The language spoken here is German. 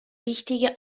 wichtige